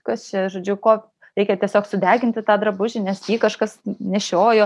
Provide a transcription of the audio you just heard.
kas čia žodžiu ko reikia tiesiog sudeginti tą drabužį nes jį kažkas nešiojo